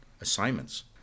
assignments